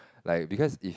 like because if